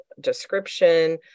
description